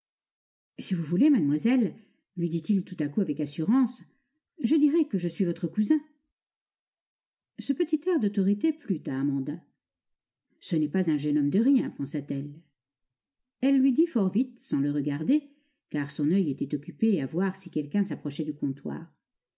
si vous voulez mademoiselle lui dit-il tout à coup avec assurance je dirai que je suis votre cousin ce petit air d'autorité plut à amanda ce n'est pas un jeune homme de rien pensa-t-elle elle lui dit fort vite sans le regarder car son oeil était occupé à voir si quelqu'un s'approchait du comptoir